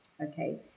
okay